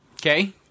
Okay